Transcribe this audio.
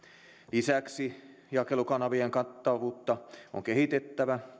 lisäksi jakelukanavien kattavuutta on kehitettävä